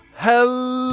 hello.